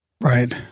Right